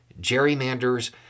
gerrymanders